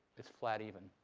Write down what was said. it's flat even.